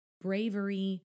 bravery